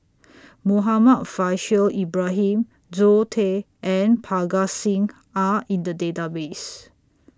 Muhammad Faishal Ibrahim Zoe Tay and Parga Singh Are in The Database